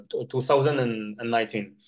2019